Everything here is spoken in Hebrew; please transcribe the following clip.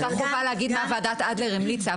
אני מרגישה חובה להגיד מה ועדת אדלר המליצה,